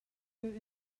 good